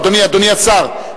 אדוני השר,